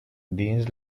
dins